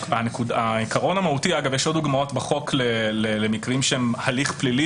יש עוד דוגמאות בחוק למקרים שהם הליך פלילי